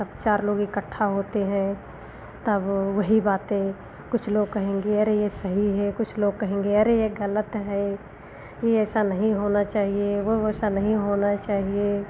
सब चार लोग इकट्ठा होते हैं तब वही बातें कुछ लोग कहेंगे अरे यग सही है कुछ लोग कहेंगे अरे यह गलत है यह ऐसा नहीं होना चाहिए वह वैसा नहीं होना चाहिए